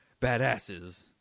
Badasses